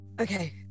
Okay